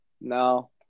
No